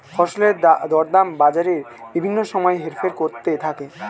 ফসলের দরদাম বাজারে বিভিন্ন সময় হেরফের করতে থাকে